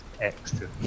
extra